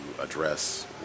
address